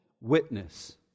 witness